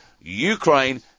Ukraine